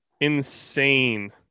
Insane